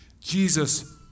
Jesus